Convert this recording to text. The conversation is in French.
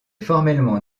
formellement